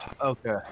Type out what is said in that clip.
Okay